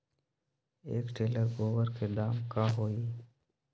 एक टेलर गोबर के दाम का होई?